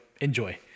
enjoy